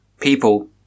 People